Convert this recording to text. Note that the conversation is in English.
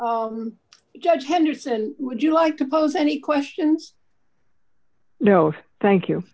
sure judge henderson would you like to pose any questions no thank you